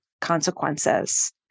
consequences